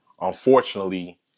unfortunately